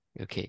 Okay